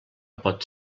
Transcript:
pot